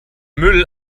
müll